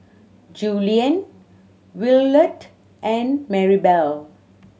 Julien Willard and Marybelle